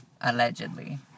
Allegedly